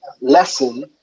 lesson